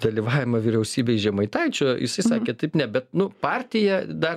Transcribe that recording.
dalyvavimą vyriausybėj žemaitaičio jisai sakė taip ne bet nu partija dar